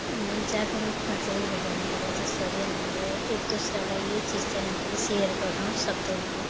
अनि जागरुकमा चाहिँ हो भने अब जसरी हामीले एक दोस्रालाई यो चिज चाहिँ हामीले सेयर गर्नु सक्दैनौँ